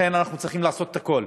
לכן, אנחנו צריכים לעשות הכול,